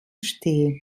stehe